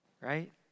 right